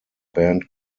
band